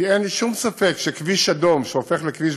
כי אין שום ספק שכביש אדום שהופך לכביש